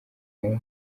nko